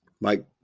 Mike